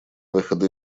выхода